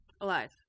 Alive